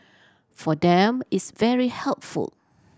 for them it's very helpful